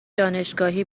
دانشگاهی